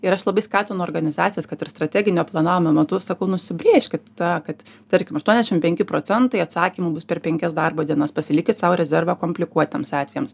ir aš labai skatinu organizacijas kad ir strateginio planavimo metu sakau nusibrėžkit tą kad tarkim aštuoniasdešim penki procentai atsakymų bus per penkias darbo dienas pasilikit sau rezervą komplikuotiems atvejams